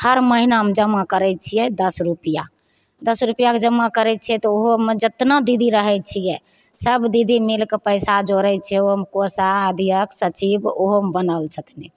हर महिनामे जमा करै छिए दस रुपैआ दस रुपैआके जमा करै छिए तऽ ओहोमे जतना दीदी रहै छिए सब दीदी मिलिके पइसा जोड़ै छिए ओहोमे कोषा अध्यक्ष सचिव ओहोमे बनल छथिन